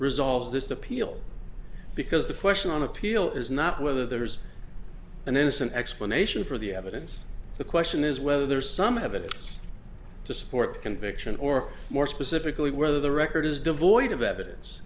resolves this appeal because the question on appeal is not whether there's an innocent explanation for the evidence the question is whether there is some evidence to support the conviction or more specifically whether the record is devoid of evidence